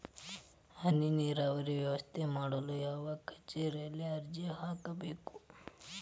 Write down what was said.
ಹನಿ ನೇರಾವರಿ ವ್ಯವಸ್ಥೆ ಮಾಡಲು ಯಾವ ಕಚೇರಿಯಲ್ಲಿ ಅರ್ಜಿ ಹಾಕಬೇಕು?